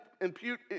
impute